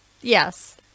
yes